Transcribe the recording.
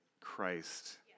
Christ